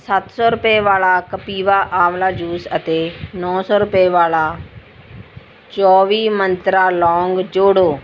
ਸੱਤ ਸੌ ਰੁਪਏ ਵਾਲਾ ਕਪਿਵਾ ਆਂਵਲਾ ਜੂਸ ਅਤੇ ਨੌਂ ਸੌ ਰੁਪਏ ਵਾਲਾ ਚੌਵੀ ਮੰਤਰਾ ਲੌਂਗ ਜੋੜੋ